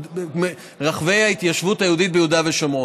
רחבי ההתיישבות היהודית ביהודה ושומרון.